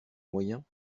moyens